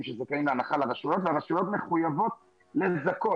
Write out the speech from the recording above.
שזכאים להנחה לרשויות והרשויות מחויבות לזכות.